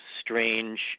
strange